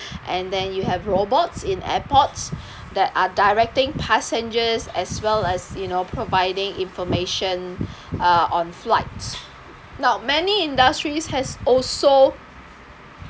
and then you have robots in airports that are directing passengers as well as you know providing information on uh flights now many industries has also